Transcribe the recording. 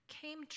came